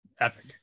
epic